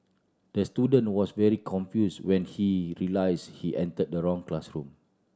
the student was very confused when he realised he entered the wrong classroom